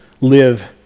live